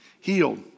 healed